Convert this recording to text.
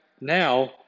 now